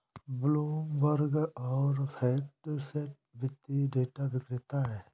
Bloomberg और FactSet वित्तीय data विक्रेता हैं